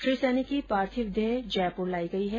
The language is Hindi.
श्री सैनी की पार्थिव देह जयपुर लाई गई है